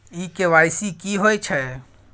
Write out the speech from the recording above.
इ के.वाई.सी की होय छै?